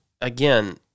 Again